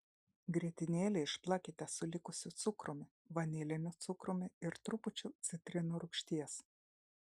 grietinėlę išplakite su likusiu cukrumi vaniliniu cukrumi ir trupučiu citrinų rūgšties